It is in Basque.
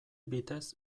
bitez